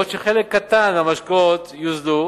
בעוד חלק קטן מהמשקאות יוזל.